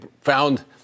found